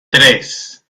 tres